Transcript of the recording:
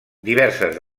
diverses